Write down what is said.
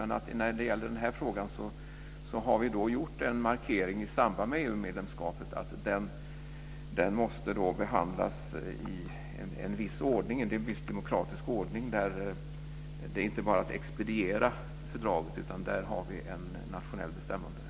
Men när det gäller den här frågan har vi gjort en markering i samband med EU-medlemskapet att den måste behandlas i en viss demokratisk ordning. Det är inte bara att expediera fördraget, utan på den punkten har vi en nationell bestämmanderätt.